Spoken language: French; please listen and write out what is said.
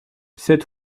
sept